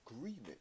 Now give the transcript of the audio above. agreement